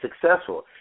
successful